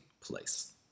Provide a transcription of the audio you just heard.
place